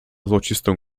złocistą